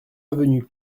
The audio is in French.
avenue